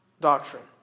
doctrine